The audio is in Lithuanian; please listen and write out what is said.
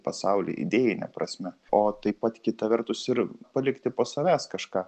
pasaulį idėjine prasme o taip pat kita vertus ir palikti po savęs kažką